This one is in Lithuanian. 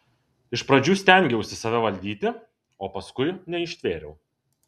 iš pradžių stengiausi save valdyti o paskui neištvėriau